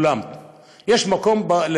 יש מקום לכולם,